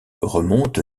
remonte